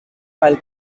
file